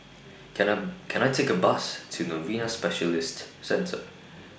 Can I Can I Take A Bus to Novena Specialist Centre